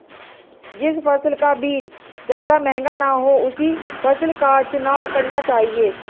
जिस फसल का बीज ज्यादा महंगा ना हो उसी फसल का चुनाव करना चाहिए